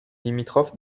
limitrophe